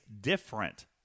different